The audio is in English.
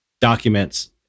documents